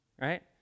right